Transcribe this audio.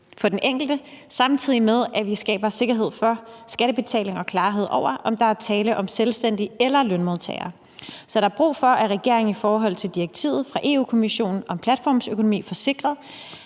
for den enkelte, samtidigt med at vi skaber sikkerhed for skattebetaling og klarhed over, om der er tale om selvstændige eller lønmodtagere. Så der er brug for, at regeringen i forhold til direktivet fra EU-kommissionen om platformsøkonomi får sikret,